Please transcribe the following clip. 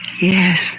Yes